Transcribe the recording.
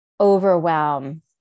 overwhelm